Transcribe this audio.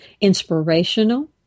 inspirational